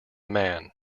man